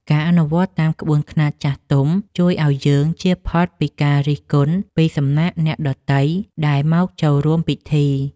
ការអនុវត្តតាមក្បួនខ្នាតចាស់ទុំជួយឱ្យយើងជៀសផុតពីការរិះគន់ពីសំណាក់អ្នកដទៃដែលមកចូលរួមពិធី។